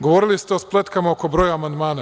Govorili ste o spletkama oko broja amandmana.